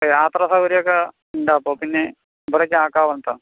യാത്രസൗകര്യമൊക്കെയുണ്ട് അപ്പോൾ പിന്നെ ഇവിടേക്ക് ആക്കാന് പറഞ്ഞിട്ടാണ്